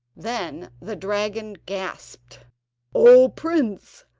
then the dragon gasped o prince,